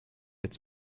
its